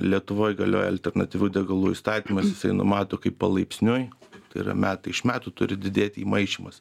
lietuvoj galioja alternatyvių degalų įstatymas jisai numato kaip palaipsniui tai yra metai iš metų turi didėt įmaišymas